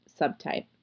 subtype